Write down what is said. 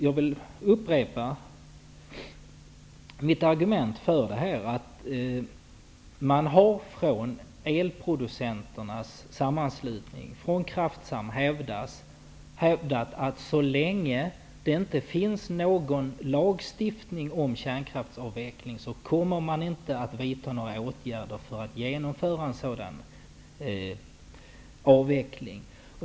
Jag vill upprepa mitt argument för ett förbud. Elproducenternas sammanslutning Kraftsam har hävdat att man inte kommer att vidta några åtgärder för att genomföra en avveckling av kärnkraften så länge det inte finns någon lagstiftning om en kärnkraftsavveckling.